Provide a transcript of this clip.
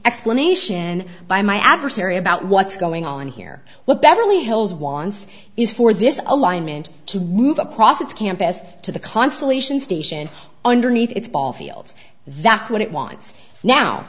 explanation by my adversary about what's going on here what beverly hills wants is for this alignment to move across its campus to the constellation station underneath its ball fields that's what it wants now